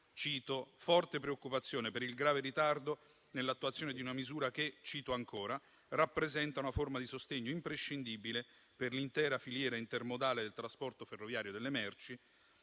forte preoccupazione per il grave ritardo nell'attuazione di una misura che rappresenta una forma di sostegno imprescindibile per l'intera filiera intermodale del trasporto ferroviario delle merci,